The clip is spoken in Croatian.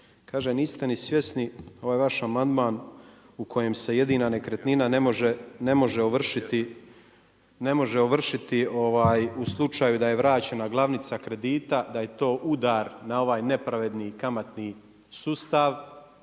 kaže niste ni svjesni, ovaj vaš amandman u kojem se jedina nekretnina ne može ovršiti u slučaju da je vraćena glavnica kredita da je to udar na ovaj nepravedni kamatni sustav.